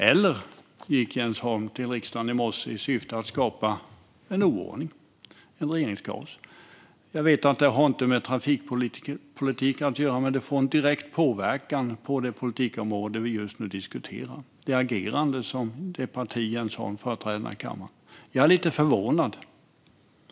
Eller gick Jens Holm till riksdagen i morse i syfte att skapa en oro, ett regeringskaos? Jag vet att detta inte har med trafikpolitik att göra, men agerandet från det parti som Jens Holm företräder här i kammaren får en direkt påverkan på det politikområde som vi just nu diskuterar. Jag är lite förvånad.